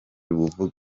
buvuga